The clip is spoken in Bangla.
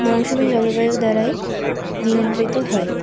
মৌসুমি জলবায়ু দ্বারাই নিয়ন্ত্রিত হয়